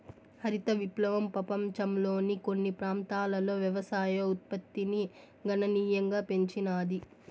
హరిత విప్లవం పపంచంలోని కొన్ని ప్రాంతాలలో వ్యవసాయ ఉత్పత్తిని గణనీయంగా పెంచినాది